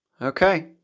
Okay